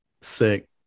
Sick